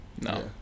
no